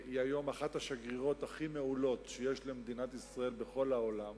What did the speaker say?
היא היום אחת השגרירות הכי מעולות שיש למדינת ישראל בכל העולם.